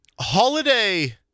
Holiday